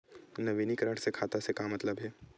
नवीनीकरण से खाता से का मतलब हे?